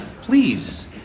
please